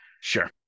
Sure